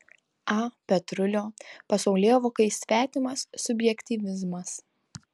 a petrulio pasaulėvokai svetimas subjektyvizmas